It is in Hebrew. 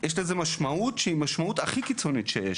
יש לזה משמעות שהיא משמעות הכי קיצונית שיש,